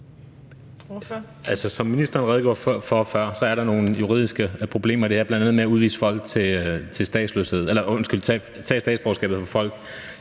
Som ministeren redegjorde for før, er der nogle juridiske problemer i det her, bl.a. med at tage statsborgerskabet fra folk,